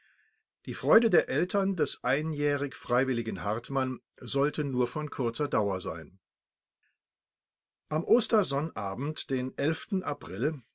die freude der eltern des einjährig freiwilligen hartmann sollte nur von kurzer dauer sein am ostersonnabend den april